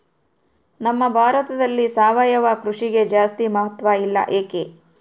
ನಮ್ಮ ಭಾರತದಲ್ಲಿ ಸಾವಯವ ಕೃಷಿಗೆ ಜಾಸ್ತಿ ಮಹತ್ವ ಇಲ್ಲ ಯಾಕೆ?